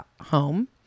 home